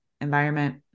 environment